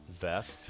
vest